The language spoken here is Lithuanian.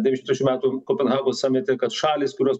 devyniasdešimt trečių metų kopenhagos samite kad šalys kurios